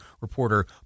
reporter